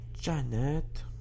Janet